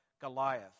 Goliath